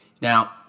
Now